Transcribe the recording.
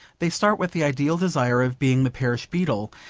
they start with the ideal desire of being the parish beadle,